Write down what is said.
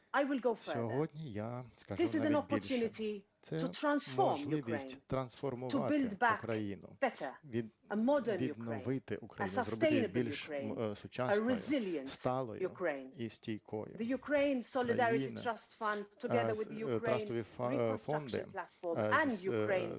Сьогодні я скажу навіть більше: це можливість трансформувати Україну, відновити Україну, зробити її більш сучасною, сталою і стійкою.... Трастові фонди з питань солідарності